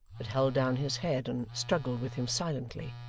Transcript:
but held down his head, and struggled with him silently.